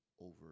over